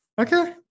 okay